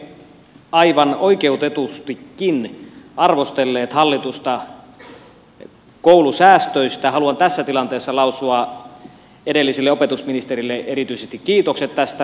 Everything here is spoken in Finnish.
kun olemme aivan oikeutetustikin arvostelleet hallitusta koulusäästöistä haluan tässä tilanteessa lausua erityisesti edelliselle opetusministerille kiitokset tästä laista